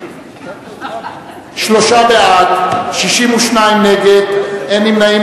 שלושה בעד, 62 נגד, אין נמנעים.